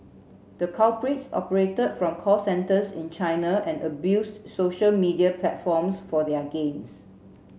the culprits operated from call centres in China and abused social media platforms for their gains